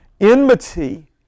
Enmity